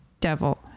devil